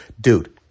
dude